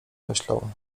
myślał